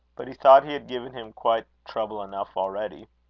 but he thought he had given him quite trouble enough already.